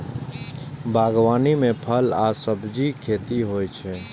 बागवानी मे फल आ सब्जीक खेती होइ छै